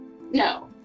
No